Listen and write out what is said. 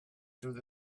through